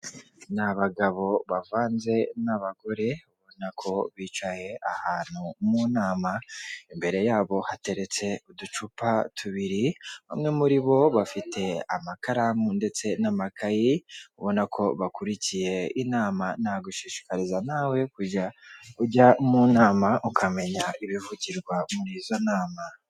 Abagabo bavanze n'abagore ubona ko bicaye ahantu mu nama, imbere yabo hateretse uducupa tubiri, bamwe muri bo bafite amakaramu ndetse n'amakayi, ubona ko bakurikiye inama, nagushishikariza nawe kujya ujya mu nama ukamenya ibivugirwa muri izo nama.